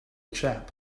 chap